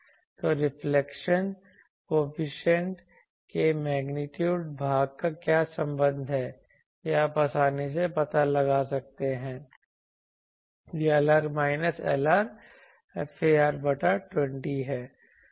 तो reflection coefficient के magnitude भाग का क्या संबंध है यह आप आसानी से पता लगा सकते हैं यह Lr माइनस Lr far बटा 20 है